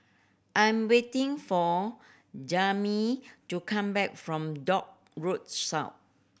I am waiting for Jazmyne to come back from Dock Road South